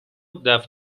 دفع